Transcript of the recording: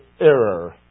error